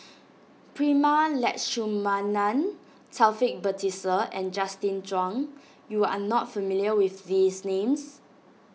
Prema Letchumanan Taufik Batisah and Justin Zhuang you are not familiar with these names